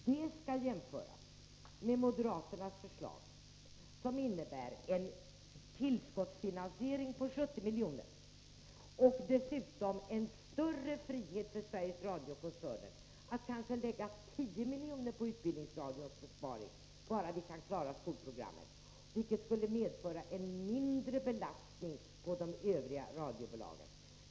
Det skall jämföras med moderaternas förslag, som innebär en tillskottsfinansiering på 70 milj.kr. och dessutom större frihet för Sveriges Radio-koncernen att kanske lägga 10 miljoner på utbildningsradions besparing, bara man kan klara skolprogrammet, vilket skulle medföra mindre belastning på de övriga radiobolagen.